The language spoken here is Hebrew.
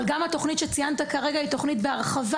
אבל גם התוכנית שציינת כרגע היא בהרחבה,